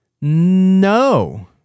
no